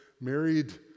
married